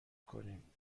کنیم